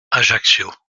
ajaccio